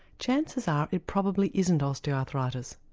chances are it probably isn't osteoarthritis.